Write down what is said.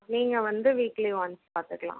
நீங்கள் வந்து weekly once பார்த்துக்கலாம்